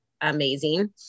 amazing